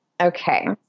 Okay